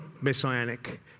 messianic